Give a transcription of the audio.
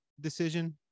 decision